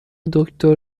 دکتر